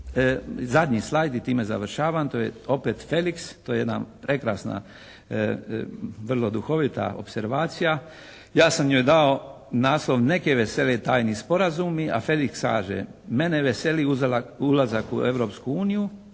zadnji slajd i time završavam. To je opet Feliks, to je jedna prekrasna vrlo duhovita opservacija. Ja sam joj dao naslov "neke vesele tajni sporazumi", a Feliks kaže: "mene veseli ulazak u Europsku uniju,